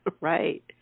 right